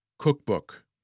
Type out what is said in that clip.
Cookbook